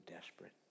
desperate